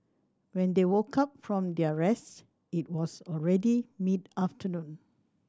when they woke up from their rest it was already mid afternoon